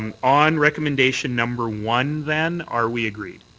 and on recommendation number one, then, are we agreed?